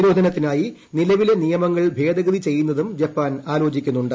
നിരോധനത്തിനായി നിലവിലെ നിയമങ്ങൾ ഭേദഗതി ചെയ്യുന്നതും ജപ്പാൻ ആലോചിക്കുന്നുണ്ട്